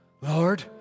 Lord